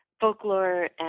folklore